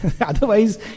Otherwise